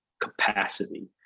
capacity